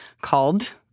called